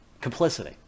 Complicity